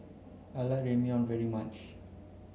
I like Ramyeon very much